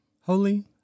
Holy